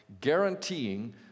guaranteeing